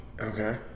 Okay